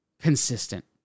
consistent